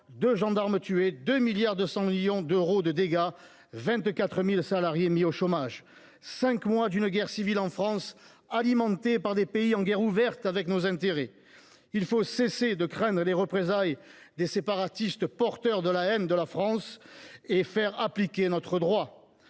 2 gendarmes tués, 2,2 milliards d’euros de dégâts et 24 000 salariés mis au chômage. Nous avons ainsi subi cinq mois d’une guerre civile en France, alimentée par des pays en guerre ouverte contre nos intérêts. Il faut cesser de craindre les représailles des séparatistes porteurs de la haine de la France et faire appliquer notre droit